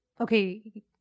okay